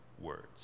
words